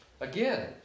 Again